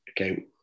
okay